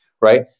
Right